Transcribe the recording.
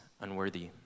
unworthy